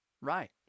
right